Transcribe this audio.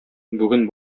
бүген